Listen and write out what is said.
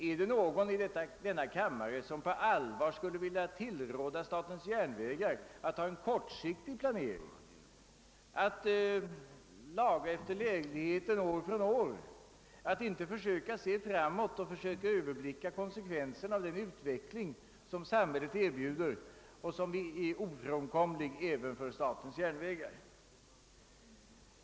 Är det någon i denna kammare som på allvar skulle vilja tillråda statens järnvägar att ha en kortsiktig planering, att år efter år laga efter läglighet, att inte se framåt och försöka överblicka konsekvenserna av den utveckling samhället undergår och som är ofrånkomlig även för statens järnvägar?